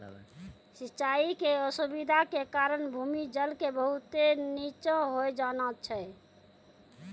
सिचाई के असुविधा के कारण भूमि जल के बहुत नीचॅ होय जाना छै